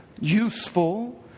useful